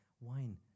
wine